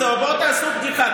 תעשו בדיקה.